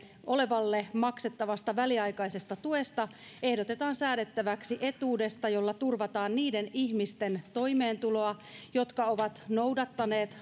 olevalle maksettavasta väliaikaisesta tuesta ehdotetaan säädettäväksi etuudesta jolla turvataan niiden ihmisten toimeentuloa jotka ovat noudattaneet